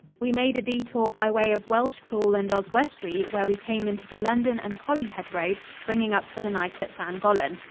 we made a detour by way of welshpool and oswestry, where we came into the london and holyhead road, bringing up for the night at llangollen.